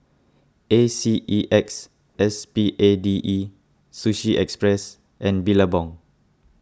A C E X S P A D E Sushi Express and Billabong